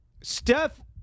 Steph